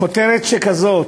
כותרת שכזאת: